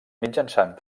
mitjançant